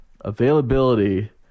Availability